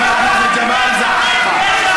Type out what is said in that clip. חבר הכנסת ג'מאל זחאלקה.